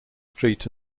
street